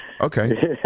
Okay